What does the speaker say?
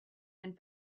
and